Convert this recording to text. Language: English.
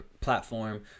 platform